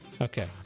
Okay